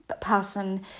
person